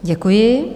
Děkuji.